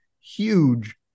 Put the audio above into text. huge